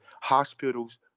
hospitals